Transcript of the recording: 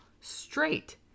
straight